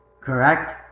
Correct